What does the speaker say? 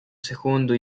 secondo